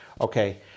Okay